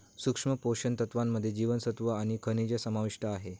सूक्ष्म पोषण तत्त्वांमध्ये जीवनसत्व आणि खनिजं समाविष्ट आहे